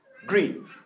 green